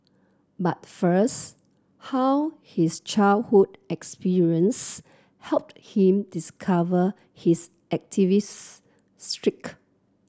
but first how his childhood experience helped him discover his activist streak